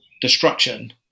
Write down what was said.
destruction